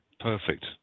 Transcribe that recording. Perfect